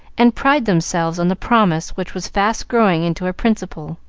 and pride themselves on the promise which was fast growing into a principle.